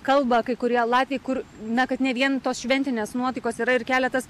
kalba kai kurie latviai kur na kad ne vien tos šventinės nuotaikos yra ir keletas